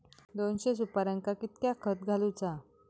दोनशे सुपार्यांका कितक्या खत घालूचा?